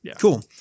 Cool